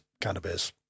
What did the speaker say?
cannabis